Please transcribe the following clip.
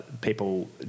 people